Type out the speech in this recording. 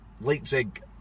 Leipzig